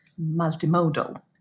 multimodal